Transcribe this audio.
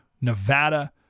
Nevada